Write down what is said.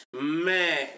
man